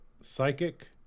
Psychic